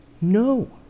no